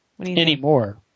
Anymore